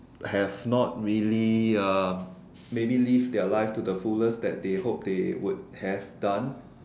have not really uh maybe live their life to the fullest that they hoped they would have done